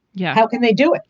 yeah. how can they do it?